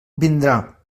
vindrà